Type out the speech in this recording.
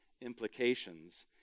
implications